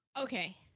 Okay